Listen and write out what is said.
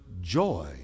joy